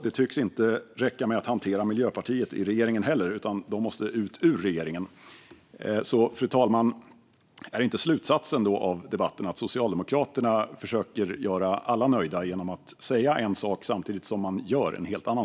Det tycks inte räcka med att hantera Miljöpartiet i regeringen heller, utan de måste ut ur regeringen. Fru talman! Är inte slutsatsen av debatten att Socialdemokraterna försöker göra alla nöjda genom att säga en sak och samtidigt göra en helt annan?